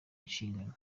inshingano